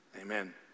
amen